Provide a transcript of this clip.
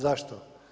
Zašto?